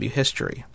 history